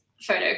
photo